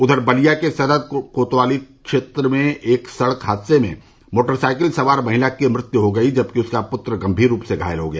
उधर बलिया के सदर कोतवाली क्षेत्र में एक सड़क हादसे में मोटरसाइकिल सवार महिला की मृत्यु हो गई जबकि उसका पुत्र गंमीर रूप से घायल हो गया